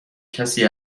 کسی